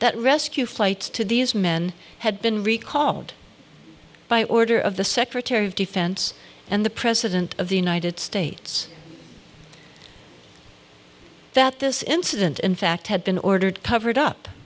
that rescue flights to these men had been recalled by order of the secretary of defense and the president of the united states that this incident in fact had been ordered covered up